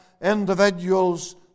individual's